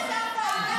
לא יקרה.